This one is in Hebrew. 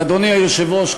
ואדוני היושב-ראש,